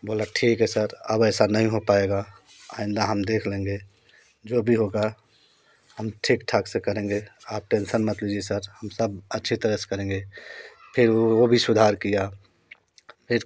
बोला ठीक है सर अब ऐसा नहीं हो पाएगा आइंदा हम देख लेंगे जो भी होगा हम ठीक ठाक से करेंगे आप टेंसन मत लीजिए सर हम सब अच्छी तरह से करेंगे फिर वो वो भी सुधार किया फिर